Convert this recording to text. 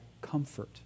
comfort